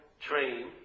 train